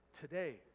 today